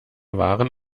wahren